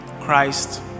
Christ